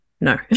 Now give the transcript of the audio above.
no